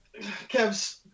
kev's